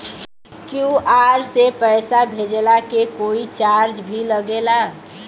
QR से पैसा भेजला के कोई चार्ज भी लागेला?